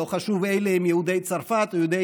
לא חשוב אם "אלה" הם יהודי צרפת או יהודי